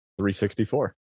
364